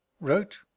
Wrote